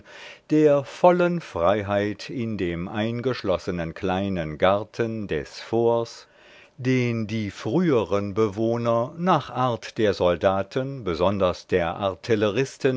der vollen freiheit in dem eingeschlossenen kleinen garten des forts den die früheren bewohner nach art der soldaten besonders der